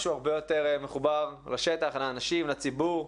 משהו הרבה יותר מחובר לשטח, לאנשים, לציבור,